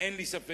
אין לי ספק